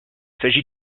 s’agit